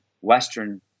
western